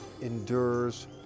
endures